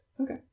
Okay